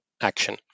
action